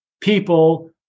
people